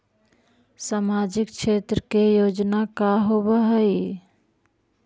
सामाजिक क्षेत्र के योजना का होव हइ?